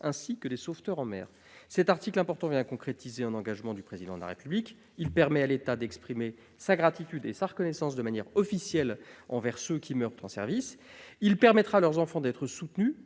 ainsi que les sauveteurs en mer. Cet article important vient concrétiser un engagement du Président de la République. Il permettra à l'État d'exprimer sa gratitude et sa reconnaissance de manière officielle envers ceux qui meurent en service. Il permettra à leurs enfants d'être soutenus